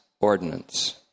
ordinance